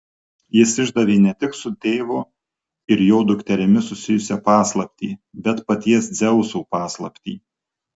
jis išdavė ne tik su tėvu ir jo dukterimi susijusią paslaptį bet paties dzeuso paslaptį